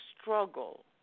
struggle